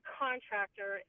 contractor